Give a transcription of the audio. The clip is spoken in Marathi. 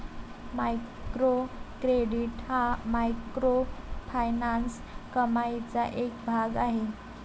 मायक्रो क्रेडिट हा मायक्रोफायनान्स कमाईचा एक भाग आहे